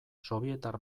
sobietar